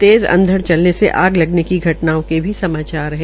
तेज़ अंधड़ चलने से आग लगने की घटनाओं के भी समाचार है